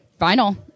vinyl